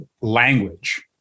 language